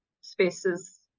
spaces